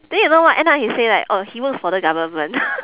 then you know what end up he say like oh he works for the government